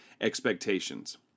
expectations